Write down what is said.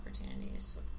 opportunities